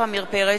עמיר פרץ,